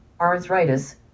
arthritis